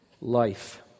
life